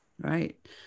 Right